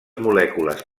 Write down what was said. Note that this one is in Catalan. molècules